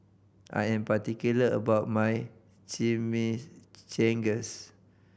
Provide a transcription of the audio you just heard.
I am particular about my Chimichangas